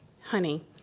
honey